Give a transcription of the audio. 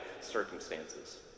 circumstances